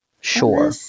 Sure